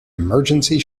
emergency